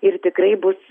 ir tikrai bus